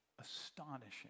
Astonishing